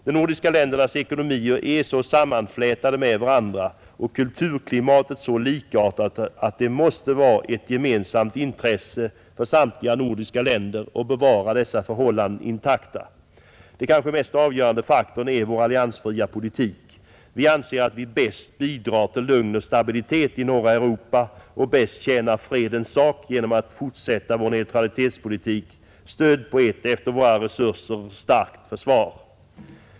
De nordiska ländernas ekonomier är så sammanflätade med varandra och kulturklimatet så likartat att det måste vara ett gemensamt intresse för samtliga nordiska länder att bevara dessa förhållanden intakta. Den kanske mest avgörande faktorn är vår alliansfria politik. Vi anser att vi bäst bidrar till lugn och stabilitet i norra Europa och bäst tjänar fredens sak genom att fortsätta vår neutralitetspolitik, stödd på ett efter våra resurser starkt försvar.